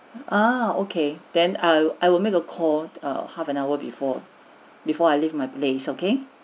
ah okay then I'll I will make a call err half an hour before before I leave my place okay